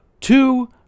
two